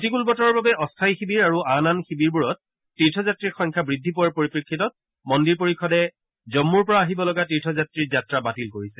প্ৰতিকূল বতৰৰ বাবে অস্থায়ী শিবিৰ আৰু আন আন শিবিৰবোৰত তীৰ্থযাত্ৰীৰ সংখ্যা বৃদ্ধি পোৱাৰ পৰিপ্ৰেক্ষিতত মন্দিৰ পৰিষদে জম্মুৰ পৰা আহিবলগা তীৰ্থযাত্ৰীৰ যাত্ৰা বাতিল কৰিছে